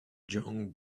young